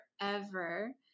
forever